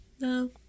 No